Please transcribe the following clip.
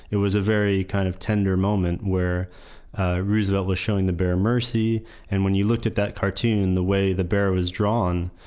it was a very kind of tender moment, where roosevelt was showing the bear mercy and when you looked at that cartoon, the way the bear was drawn,